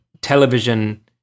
television